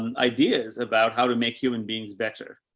and ideas about how to make human beings better.